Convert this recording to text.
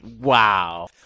Wow